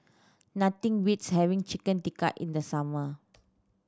nothing beats having Chicken Tikka in the summer